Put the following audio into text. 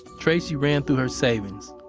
tracy ran through her savings,